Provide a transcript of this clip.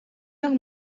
heure